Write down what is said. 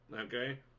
Okay